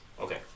Okay